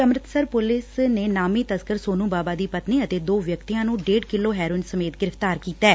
Amritsar police ਨੇ ਨਾਮੀ ਤਸੱਕਰ ਸੋਨੂੰ ਬਾਬਾ ਦੀ ਪਤਨੀ ਅਤੇ ਦੋ ਵਿਅਕਤੀਆਂ ਨੂੰ ਡੇਢ ਕਿਲੋ ਹੈਰੋਇਨ ਸਮੇਤ ਗ੍ਿਫ਼ਤਾਰ ਕੀਤੈ